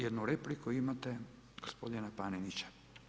Jednu repliku imate gospodina Panenića.